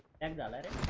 and let